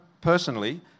personally